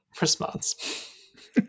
response